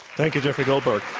thank you, jeffrey goldberg.